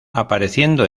apareciendo